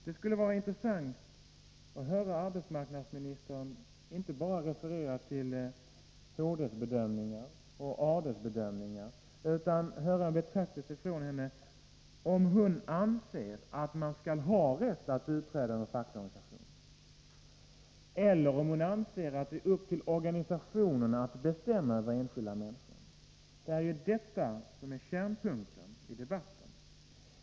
Det skulle vara intressant att få höra arbetsmarknadsministern inte bara referera till HD:s och AD:s bedömningar utan också redogöra för om hon anser att de enskilda människorna skall ha rätt att utträda ur en facklig organisation, eller om hon anser att det ankommer på organisationerna att bestämma över enskilda människor. Det är detta som är kärnpunkten i debatten.